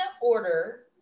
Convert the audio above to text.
order